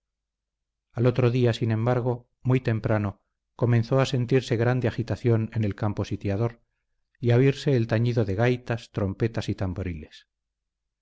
al otro día sin embargo muy temprano comenzó a sentirse grande agitación en el campo sitiador y a oírse el tañido de gaitas trompetas y tamboriles